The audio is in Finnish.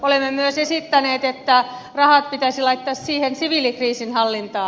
olemme myös esittäneet että rahat pitäisi laittaa siviilikriisinhallintaan